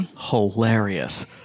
hilarious